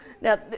Now